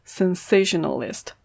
sensationalist